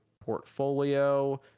portfolio